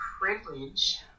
privilege